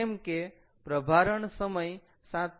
કેમ કે પ્રભારણ સમય 7